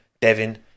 Devin